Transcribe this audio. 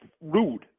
rude